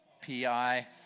P-I